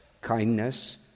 kindness